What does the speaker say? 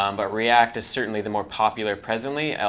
um but react is certainly the more popular presently,